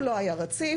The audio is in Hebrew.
הוא לא היה רציף,